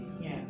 Yes